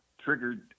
triggered